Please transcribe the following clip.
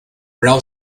rail